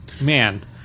man